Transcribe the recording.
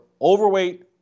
overweight